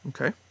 Okay